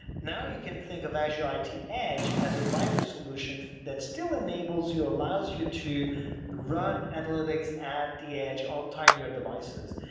now you can think of azure iot edge as a lighter solution that still enables you, allows you to run analytics at the edge on tinier devices.